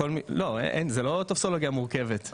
לא מדובר בטפסים מורכבים,